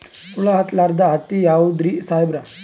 ಹುಳ ಹತ್ತಲಾರ್ದ ಹತ್ತಿ ಯಾವುದ್ರಿ ಸಾಹೇಬರ?